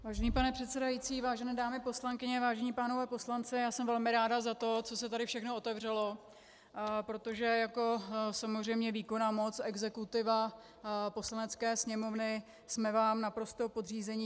Vážený pane předsedající, vážené dámy poslankyně, vážení pánové poslanci, já jsem velmi ráda za to, co se tady všechno otevřelo, protože samozřejmě výkonná moc, exekutiva Poslanecké sněmovny, jsme vám naprosto podřízeni.